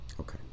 okay